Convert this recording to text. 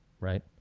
right